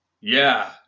Yeah